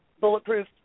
bulletproof